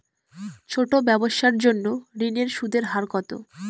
ছোট ব্যবসার জন্য ঋণের সুদের হার কত?